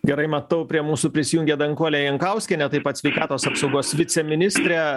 gerai matau prie mūsų prisijungė danguolė jankauskienė taip pat sveikatos apsaugos viceministrė